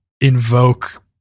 invoke